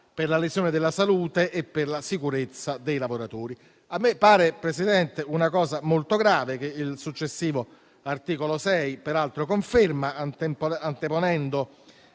per la lesione della salute e per la sicurezza dei lavoratori. Signor Presidente, a me pare molto grave, cosa che il successivo articolo 6 peraltro conferma, anteporre